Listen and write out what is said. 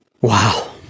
wow